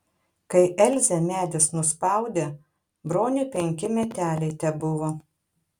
kai elzę medis nuspaudė broniui penki meteliai tebuvo